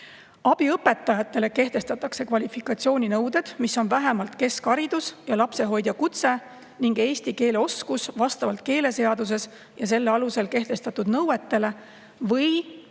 Abiõpetajatele kehtestatakse kvalifikatsiooninõuded, mis on vähemalt keskharidus ja lapsehoidja kutse ning eesti keele oskus vastavalt keeleseaduses ja selle alusel kehtestatud nõuetele või